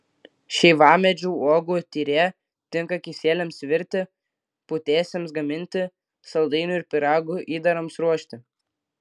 šeivamedžių uogų tyrė tinka kisieliams virti putėsiams gaminti saldainių ir pyragų įdarams ruošti